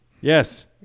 Yes